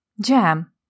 Jam